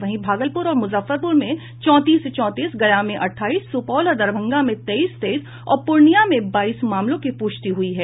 वहीं भागलपुर और मुजफ्फरपुर में चौंतीस चौंतीस गया में अठाईस सुपौल और दरभंगा में तेईस तेईस और पूर्णिया में बाईस मामलों की पुष्टि हुई है